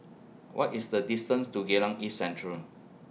What IS The distance to Geylang East Central